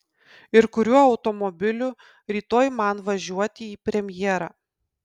ir kuriuo automobiliu rytoj man važiuoti į premjerą